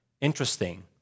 Interesting